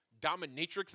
dominatrix